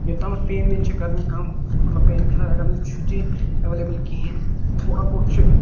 یوٚت تامَتھ پین وین چھِ کَرٕنۍ کَم مَطلَب پین کِلَر اَگَر نہٕ چھُ تہِ ایویلیبِل کِہیٖنۍ تھوڑا بہت چھُ أمِس